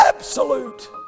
absolute